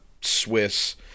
Swiss